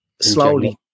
slowly